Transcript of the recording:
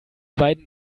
beiden